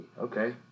Okay